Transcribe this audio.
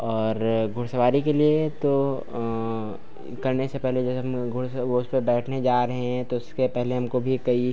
और घुड़सवारी के लिए तो यह करने से पहले जो है हम घोड़े से वह उसपर बैठने जा रहे हैं तो उसके पहले हमको भी कई